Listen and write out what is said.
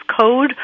Code